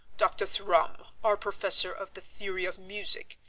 dr. thrum, our professor of the theory of music,